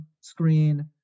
screen